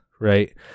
right